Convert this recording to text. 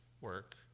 work